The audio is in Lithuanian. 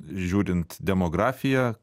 žiūrint demografiją